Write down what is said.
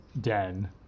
den